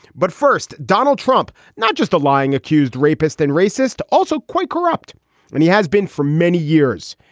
but first, donald trump, not just the lying accused rapist and racist. also quite corrupt. and he has been for many years.